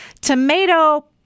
Tomato